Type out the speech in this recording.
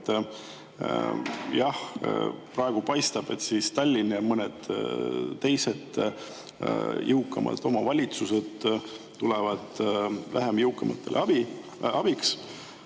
Jah, praegu paistab, et Tallinn ja mõned teised jõukamad omavalitsused tulevad vähem jõukatele abiks.